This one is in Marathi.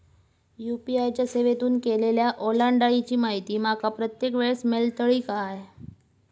यू.पी.आय च्या सेवेतून केलेल्या ओलांडाळीची माहिती माका प्रत्येक वेळेस मेलतळी काय?